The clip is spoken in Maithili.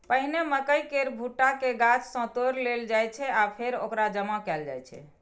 पहिने मकइ केर भुट्टा कें गाछ सं तोड़ि लेल जाइ छै आ फेर ओकरा जमा कैल जाइ छै